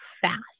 fast